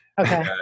Okay